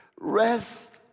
rest